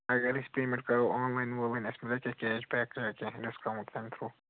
اگر أسۍ پیمٮ۪نٛٹ کَرو آن لاین وان لاین اَسہِ مِلیٛا کینٛہہ کیش بیک یا کینٛہہ ڈِسکاوُنٛٹ اَمہِ تھرٛوٗ